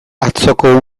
atzoko